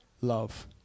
Love